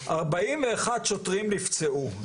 41 שוטרים נפצעו.